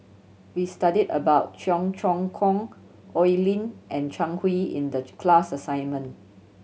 we studied about Cheong Choong Kong Oi Lin and Zhang Hui in the class assignment